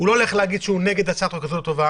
הוא לא הולך להגיד שהוא נגד הצעת חוק טובה כזאת,